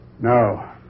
No